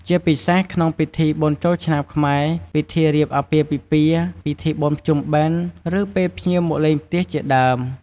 ជាពិសេសក្នុងពិធីបុណ្យចូលឆ្នាំខ្មែរ ពិធីរៀបអាពាហ៍ពិពាហ៍ ពិធីបុណ្យភ្ជុំបិណ្ឌ ឬពេលភ្ញៀវមកលេងផ្ទះជាដើម។